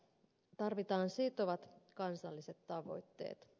tarvitaan sitovat kansalliset tavoitteet